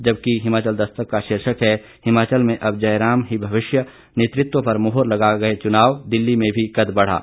जबकि हिमाचल दस्तक का शीर्षक है हिमाचल में अब जयराम ही भविष्य नेतृत्व पर मोहर लगा गए चुनाव दिल्ली में भी कद बढ़ा